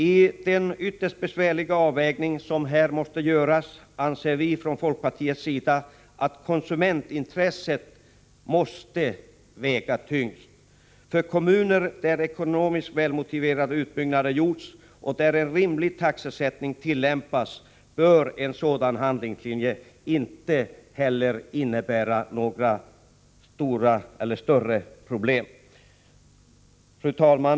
I den ytterst besvärliga avvägning som här måste göras anser vi från folkpartiets sida att konsumentintresset måste väga tyngst. För kommuner där ekonomiskt välmotiverade utbyggnader gjorts och där en rimlig taxesättning tillämpas bör en sådan handlingslinje inte heller innebära några större problem. Fru talman!